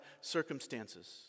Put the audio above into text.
circumstances